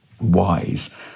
wise